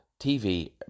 TV